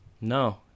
No